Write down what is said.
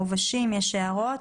העובשים יש הערות?